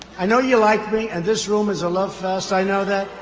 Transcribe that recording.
i know you like me. and this room is a love fest. i know that.